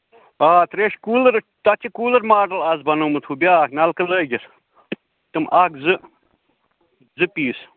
آ ترٛیشہِ کوٗلر تَتھ چھُ کوٗلر ماڈل اَز بَنوومُت ہُہ بیٛاکھ نَلکہٕ لٲگِتھ تِم اکھ زٕ زٕ پیٖس